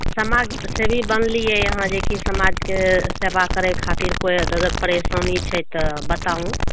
समाज सेबी बनलियै यहाॅं जे कि समाजके सेबा करै खातिर कोइ अगर परेशानी छै तऽ बताउ